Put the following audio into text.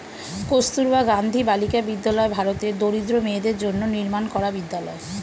কস্তুরবা গান্ধী বালিকা বিদ্যালয় ভারতের দরিদ্র মেয়েদের জন্য নির্মাণ করা বিদ্যালয়